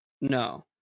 no